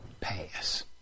pass